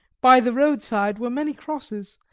by the roadside were many crosses,